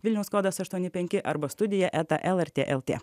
vilniaus kodas aštuoni penki arba studija eta lrt lt